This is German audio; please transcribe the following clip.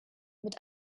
mit